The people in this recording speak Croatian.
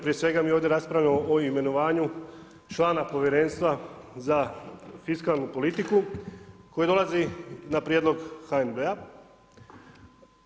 Prije svega mi ovdje raspravljamo o imenovanju člana Povjerenstva za fiskalnu politiku koji dolazi na prijedlog HNB-a.